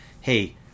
hey